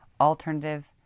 Alternative